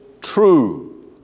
true